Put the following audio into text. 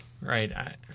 right